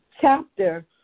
chapter